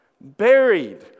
buried